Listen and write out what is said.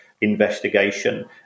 investigation